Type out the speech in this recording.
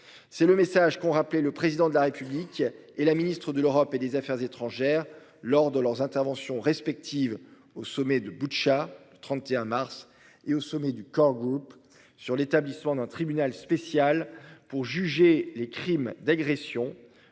C'est le message qu'ont rappelé le président de la République et la Ministre de l'Europe et des Affaires étrangères lors de leurs interventions respectives au sommet de Boutcha, 31 mars et au sommet du kangourou sur l'établissement d'un tribunal spécial pour juger les crimes d'agression.